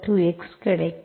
ye2xe2x கிடைக்கும்